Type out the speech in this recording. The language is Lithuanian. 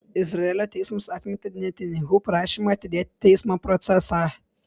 izraelio teismas atmetė netanyahu prašymą atidėti teismo procesą